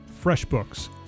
FreshBooks